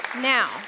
Now